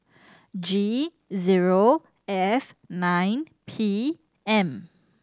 G zero F nine P M